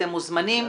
אתם מוזמנים,